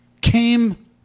came